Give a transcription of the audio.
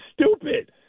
stupid